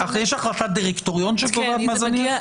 יש החלטת דירקטוריון שקובע מה זניח?